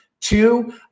Two